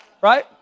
Right